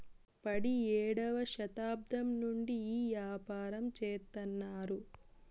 పడియేడవ శతాబ్దం నుండి ఈ యాపారం చెత్తన్నారు